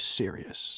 serious